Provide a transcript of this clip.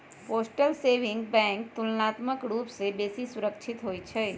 postal saving bank तुलनात्मक रूप से बेशी सुरक्षित होइ छइ